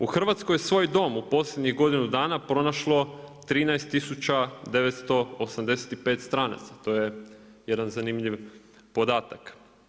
U Hrvatskoj je svoj dom u posljednjih godinu dana pronašlo 13 tisuća 985 stranaca, to je jedan zanimljiv podatak.